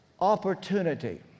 opportunity